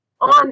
on